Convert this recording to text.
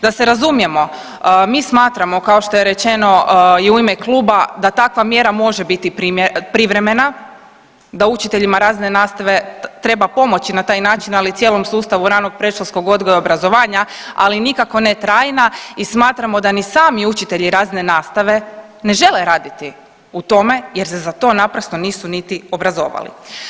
Da se razumijemo, mi smatramo kao što je rečeno i u ime kluba da takva mjera može biti privremena, da učiteljima razredne nastave treba pomoći na taj način, ali i cijelom sustavu ranog predškolskog odgoja i obrazovanja, ali nikako ne trajna i smatramo da ni sami učitelji razredne nastave ne žele raditi u tome jer se za to naprosto nisu niti obrazovali.